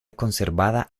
conservada